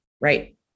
Right